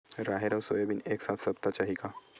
राहेर अउ सोयाबीन एक साथ सप्ता चाही का?